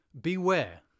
Beware